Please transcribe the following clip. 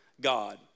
God